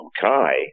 Kai